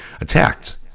attacked